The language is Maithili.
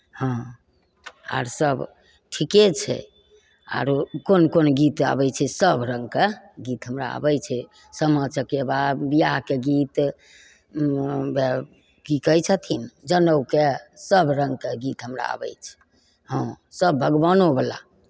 हँ आओर सब ठिके छै आओर कोन कोन गीत आबै छै सब रङ्गके गीत हमरा आबै छै सामा चकेबा बिआहके गीत उम्म वएह कि कहै छथिन जनउके सब रङ्गके गीत हमरा आबै छै हँ सब भगवानोवला